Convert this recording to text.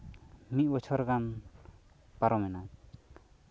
ᱢᱤᱫ ᱵᱚᱪᱷᱚᱨ ᱜᱟᱱ ᱯᱟᱨᱚᱢ ᱮᱱᱟ